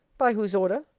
by whose order?